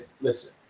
listen